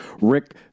Rick